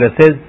says